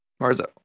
marzo